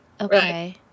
okay